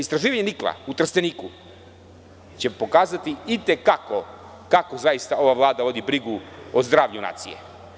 Istraživanje nikla u Trsteniku će pokazati i te kako kako zaista ova Vlada vodi brigu o zdravlju nacije.